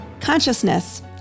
consciousness